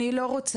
אני לא רוצה,